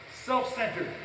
Self-centered